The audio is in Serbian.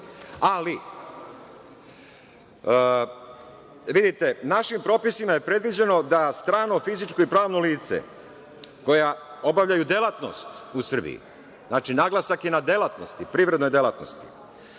Ali, vidite, našim propisima je predviđeno da strano fizičko i pravno lice koja obavljaju delatnost u Srbiji, znači naglasak je na delatnost, privredne delatnosti,